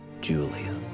Julia